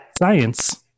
science